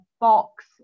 box